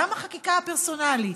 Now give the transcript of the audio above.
גם החקיקה הפרסונלית,